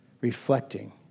reflecting